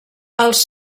els